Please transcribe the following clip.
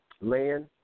land